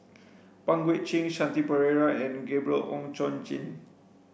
Pang Guek Cheng Shanti Pereira and Gabriel Oon Chong Jin